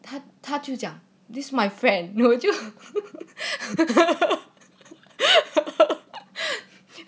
他他就讲 this my friend 我就